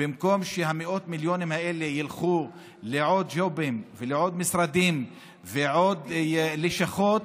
במקום שמאות המיליונים האלה ילכו לעוד ג'ובים ולעוד משרדים ועוד לשכות,